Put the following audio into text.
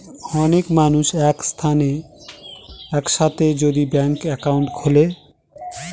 অনেক মানুষ এক সাথে যদি ব্যাংকে একাউন্ট খুলে